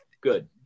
good